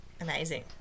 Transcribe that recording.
Amazing